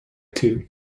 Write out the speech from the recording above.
too